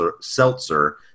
seltzer